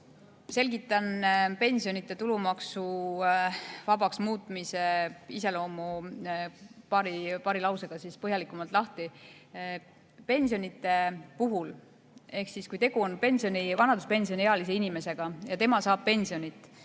selgitan siis pensionide tulumaksuvabaks muutmise iseloomu paari lausega põhjalikumalt lahti. Pensionide puhul ehk siis, kui tegu on vanaduspensioniealise inimesega ja tema saab pensioni,